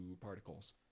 particles